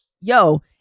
Yo